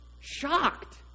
shocked